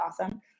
awesome